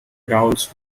growls